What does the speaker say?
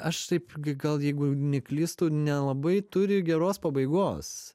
aš taip gi gal jeigu neklystu nelabai turi geros pabaigos